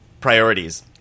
priorities